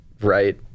right